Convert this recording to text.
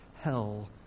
hell